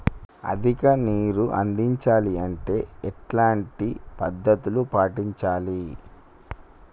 అధిక నీరు అందించాలి అంటే ఎలాంటి పద్ధతులు పాటించాలి?